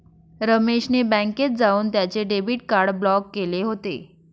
रमेश ने बँकेत जाऊन त्याचे डेबिट कार्ड ब्लॉक केले होते